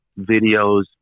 videos